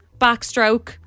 backstroke